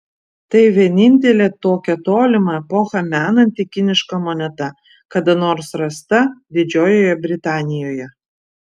tai vienintelė tokią tolimą epochą menanti kiniška moneta kada nors rasta didžiojoje britanijoje